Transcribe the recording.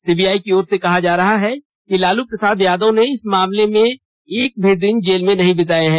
CBI की ओर से कहा जा रहा है कि लालू प्रसाद यादव ने इस मामले में भी एक भी दिन जेल में नहीं बिताएं हैं